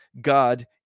God